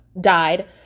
died